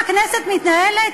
ככה כנסת מתנהלת?